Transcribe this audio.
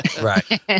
Right